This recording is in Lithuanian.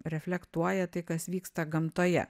reflektuoja tai kas vyksta gamtoje